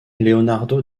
leonardo